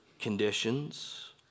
conditions